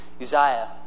Uzziah